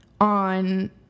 on